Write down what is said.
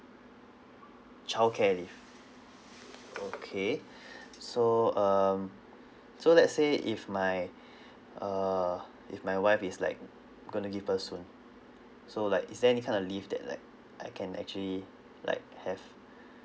childcare leave okay so um so let's say if my err if my wife is like gonna give birth soon so like is there any kind of leave that like I can actually like have